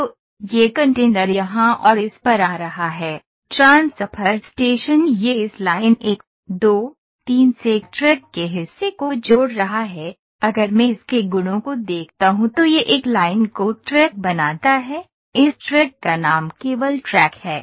तो यह कंटेनर यहाँ और इस पर आ रहा है ट्रांसफर स्टेशन यह इस लाइन 123 से एक ट्रैक के हिस्से को जोड़ रहा है अगर मैं इसके गुणों को देखता हूं तो यह एक लाइन को ट्रैक बनाता है इस ट्रैक का नाम केवल ट्रैक है